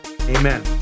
Amen